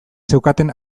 zeukaten